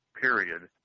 period